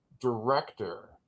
director